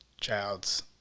child's